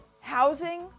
housing